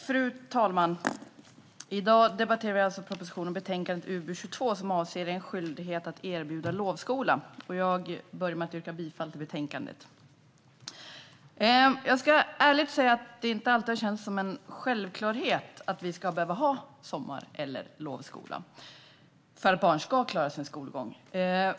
Fru talman! I dag debatterar vi alltså proposition 156 och betänkande UbU22 En skyldighet att erbjuda lovskola . Jag börjar med att yrka bifall till utskottets förslag. Jag ska ärligt säga att det inte alltid har känts som en självklarhet att vi ska behöva ha sommar eller lovskola för att barn ska klara sin skolgång.